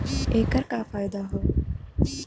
ऐकर का फायदा हव?